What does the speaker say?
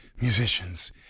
musicians